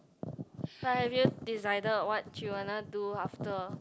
but have you decided what you wanna do after